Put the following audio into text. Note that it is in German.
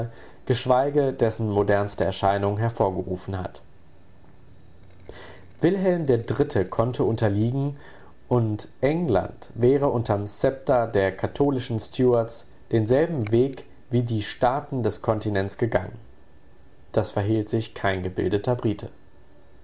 geschweige dessen modernste erscheinung hervorgerufen hat wilhelm iii konnte unterliegen und england wäre unterm szepter der katholischen stuarts denselben weg wie die staaten des kontinents gegangen das verhehlt sich kein gebildeter brite